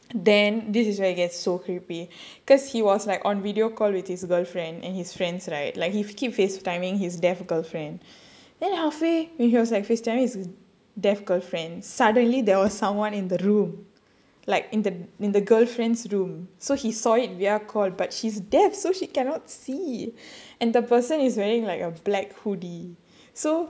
then this is where it gets so creepy because he was like on video call with his girlfriend and his friends right like he keep face timing his deaf girlfriend then halfway when he was like facetiming his deaf girlfriend suddenly there was someone in the room like in the in the girlfriend's room so he saw it via call but she's deaf so she cannot see and the person is wearing like a black hoodie so